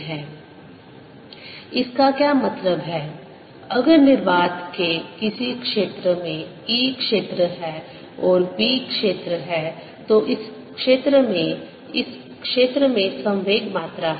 Momentum densityMvL3Sc2 इसका क्या मतलब है अगर निर्वात के किसी क्षेत्र में E क्षेत्र है और B क्षेत्र है तो इस क्षेत्र में इस क्षेत्र में संवेग मात्रा है